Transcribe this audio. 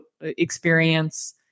experience